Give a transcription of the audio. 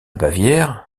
bavière